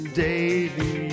daily